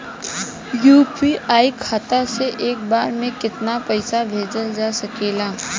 UPI खाता से एक बार म केतना पईसा भेजल जा सकेला?